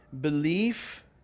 belief